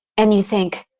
and you think,